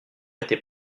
était